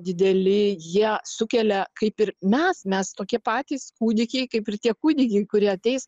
dideli jie sukelia kaip ir mes mes tokie patys kūdikiai kaip ir tie kūdikiai kurie ateis